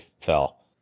fell